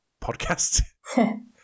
podcast